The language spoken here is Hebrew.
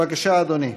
בבקשה, אדוני.